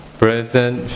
present